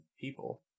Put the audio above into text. people